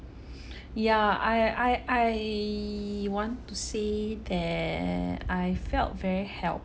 yeah I I I want to say that I felt very helpless